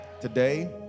Today